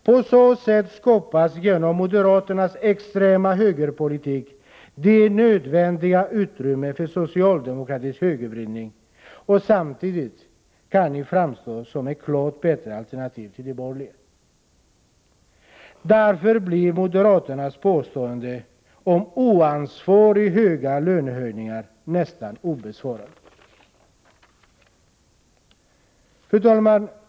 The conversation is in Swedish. På så sätt skapas till följd av moderaternas extrema högerpolitik det nödvändiga utrymmet för socialdemokratisk högervridning, samtidigt som socialdemokratin kan framstå som ett klart bättre alternativ än de borgerliga. Därför blir moderaternas påståenden om oansvarigt höga lönehöjningar nästan oemotsagda. Fru talman!